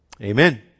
Amen